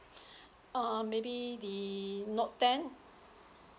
um maybe the note ten